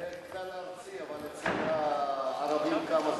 זה כלל-ארצי, אבל אצל הערבים, כמה זה?